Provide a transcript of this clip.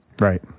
Right